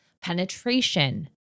penetration